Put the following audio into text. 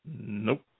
Nope